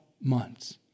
months